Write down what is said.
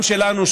גם שלנו,